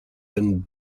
and